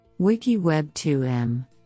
WikiWeb2M